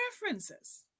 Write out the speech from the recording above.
preferences